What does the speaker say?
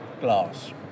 glass